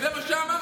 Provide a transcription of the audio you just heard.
זה מה שאמרתי.